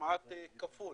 כמעט כפול.